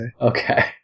Okay